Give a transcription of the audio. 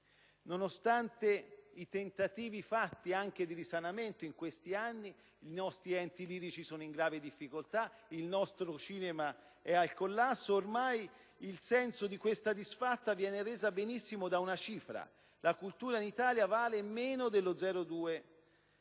Nonostante i tentativi fatti in questi anni, anche di risanamento, i nostri enti lirici versano in grave difficoltà e il nostro cinema è al collasso. Il senso di questa disfatta viene reso benissimo da una cifra: la cultura in Italia vale meno dello 0,2